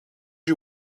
you